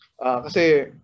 kasi